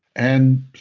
and